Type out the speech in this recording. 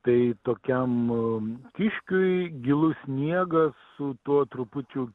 tai tokiam kiškiui gilus sniegas su tuo trupučiu